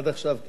עד עכשיו כן.